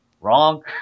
Wrong